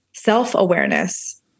self-awareness